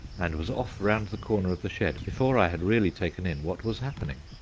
and was off round the corner of the shed before i had really taken in what was happening.